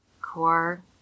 core